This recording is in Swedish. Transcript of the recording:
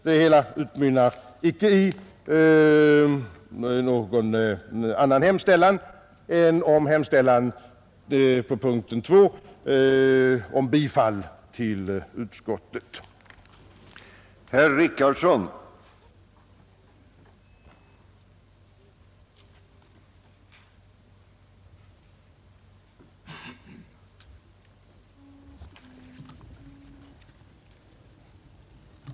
Mitt anförande utmynnar icke i något annat yrkande under punkten 2 än om bifall till utskottets hemställan.